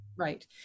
Right